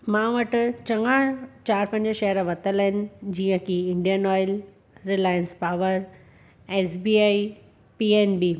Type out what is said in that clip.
मां वटि चङा चारि पंज शेयर वरितलु आहिनि जीअं की Indian Oil Reliance Power S B I P N B